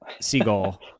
seagull